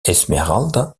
esmeralda